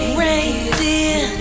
reindeer